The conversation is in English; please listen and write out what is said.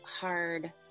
hard